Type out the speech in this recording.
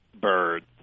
bird